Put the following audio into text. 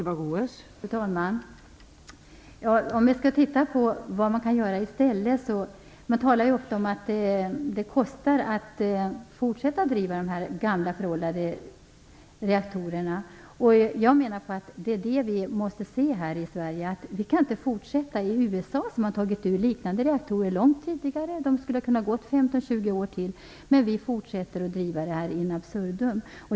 Fru talman! Vi kan ju titta på vad man kan göra i stället. Det talas ofta om att det kostar att fortsätta driften av de gamla, föråldrade reaktorerna. Jag menar att vi här i Sverige måste inse att vi inte kan fortsätta. USA har långt tidigare tagit liknande reaktorer ur drift, trots att de skulle ha kunnat gå 15-20 år till. Men vi fortsätter att driva dem in absurdum.